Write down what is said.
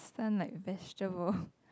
stun like vegetable